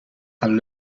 gaan